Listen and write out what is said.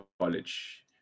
college